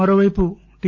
మరోవైపు టి